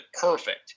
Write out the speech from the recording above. Perfect